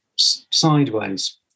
Sideways